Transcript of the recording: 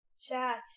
Chat